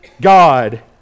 God